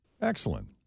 Excellent